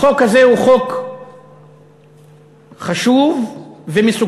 החוק הזה הוא חוק חשוב ומסוכן.